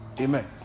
Amen